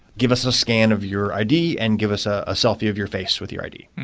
give us a scan of your id and give us a ah selfie of your face with your id,